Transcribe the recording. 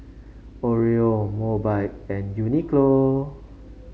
Oreo Mobike and Uniqlo